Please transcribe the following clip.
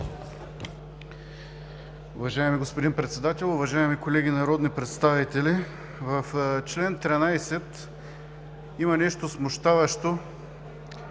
възможност